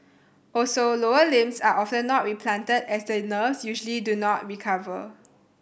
also lower limbs are often not replanted as the nerves usually do not recover